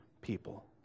people